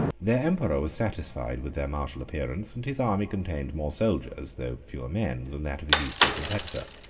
their emperor was satisfied with their martial appearance, and his army contained more soldiers, though fewer men, than that of his eastern competitor.